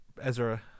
Ezra